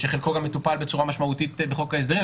שחלקו גם מטופל בצורה משמעותית בחוק ההסדרים,